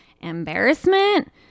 embarrassment